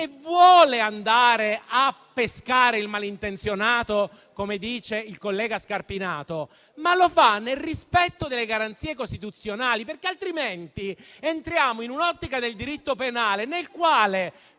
vuole andare a pescare il malintenzionato - come dice il collega Scarpinato - ma nel rispetto delle garanzie costituzionali. Altrimenti entriamo in un'ottica del diritto penale nella quale,